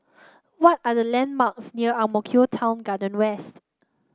what are the landmarks near Ang Mo Kio Town Garden West